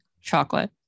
Chocolate